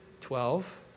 Twelve